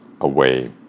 away